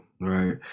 Right